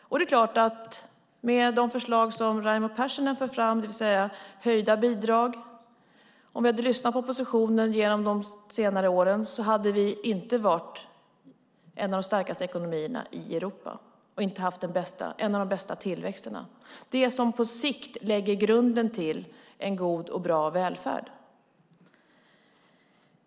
Om vi de senaste åren hade lyssnat på oppositionen och de förslag som Raimo Pärssinen för fram, det vill säga höjda bidrag, hade vi inte haft en av de starkaste ekonomierna i Europa, med en av de högsta tillväxterna. Det är det som på sikt lägger grunden för en bra välfärd.